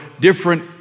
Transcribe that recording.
different